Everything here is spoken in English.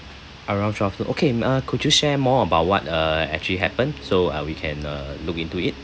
around twelve okay uh could you share more about what uh actually happened so uh we can uh look into it